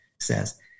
says